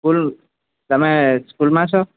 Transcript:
school તમે સ્કૂલમાં છો